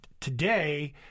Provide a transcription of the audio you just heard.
today